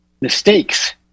mistakes